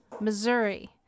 Missouri